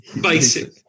Basic